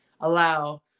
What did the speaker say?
allow